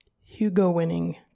Hugo-winning